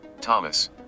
Thomas